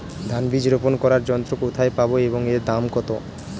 ধান বীজ রোপন করার যন্ত্র কোথায় পাব এবং এর দাম কত?